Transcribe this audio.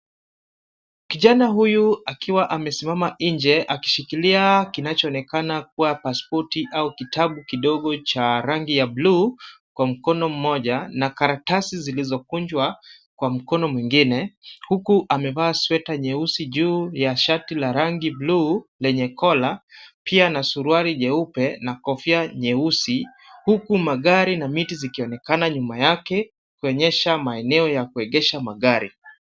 Kijana huyu akiwa amesimama nje akishikilia kinachoonekana kuwa pasipoti au kitabu kidogo cha rangi ya bluu kwa mkono mmoja na karatasi zilizokunjwa kwa mkono mwingine, huku amevaa sweta nyeusi juu ya shati la rangi bluu lenye kola, pia na suruali jeupe na kofia nyeusi huku magari na miti zikionekana nyuma yake kuonyesha maeneo ya kuegesha magari.